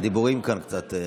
הדיבורים קצת,